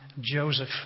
Joseph